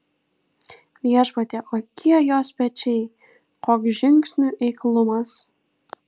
viešpatie kokie jos pečiai koks žingsnių eiklumas